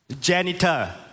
janitor